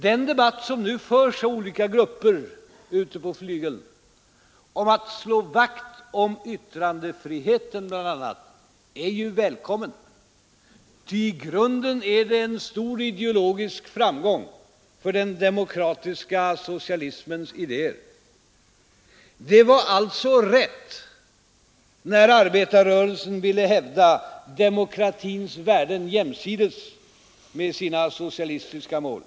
Den debatt som nu förs av olika grupper ute på flygeln till vänster om att slå vakt om bl.a. yttrandefriheten är välkommen, ty i grunden är det ju en stor ideologisk framgång för den demokratiska socialismens idéer. Det var alltså rätt när arbetarrörelsen ville hävda demokratins värden jämsides med sina socialistiska mål.